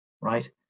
right